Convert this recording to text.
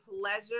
pleasure